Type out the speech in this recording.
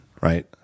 right